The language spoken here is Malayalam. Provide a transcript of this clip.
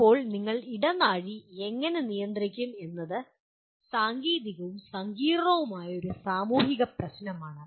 ഇപ്പോൾ നിങ്ങൾ ഇടനാഴി എങ്ങനെ നിയന്ത്രിക്കും എന്നത് സാങ്കേതികവും സങ്കീർണ്ണവുമായ ഒരു സാമൂഹിക പ്രശ്നമാണ്